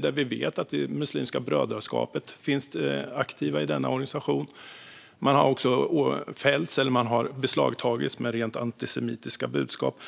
då vi vet att aktiva i Muslimska brödraskapet finns i denna organisation. Man har också fällts för eller det har beslagtagits rent antisemitiska budskap.